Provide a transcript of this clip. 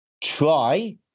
try